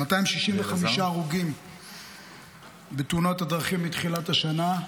265 הרוגים בתאונות הדרכים מתחילת השנה,